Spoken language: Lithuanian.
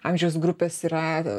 amžiaus grupės yra